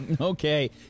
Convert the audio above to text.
Okay